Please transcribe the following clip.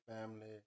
family